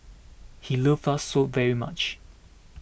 he loved us so very much